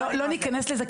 לא ניכנס לזה,